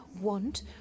want